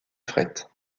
fret